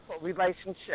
relationship